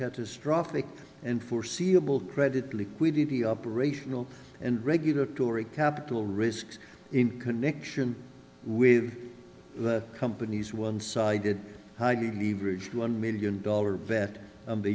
catastrophic and foreseeable credit liquidity operational and regulatory capital risks in connection with the company's one sided highly leveraged one million dollar bet